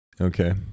Okay